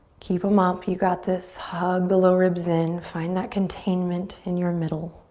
keep em up, you got this. hug the low ribs in. find that containment in your middle.